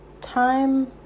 time